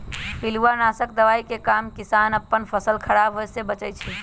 पिलुआ नाशक दवाइ के काम किसान अप्पन फसल ख़राप होय् से बचबै छइ